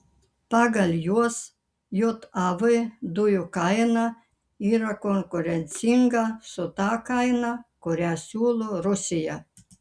pagal juos jav dujų kaina yra konkurencinga su ta kaina kurią siūlo rusija